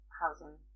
housing